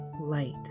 light